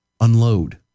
unload